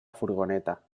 furgoneta